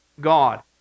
God